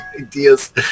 ideas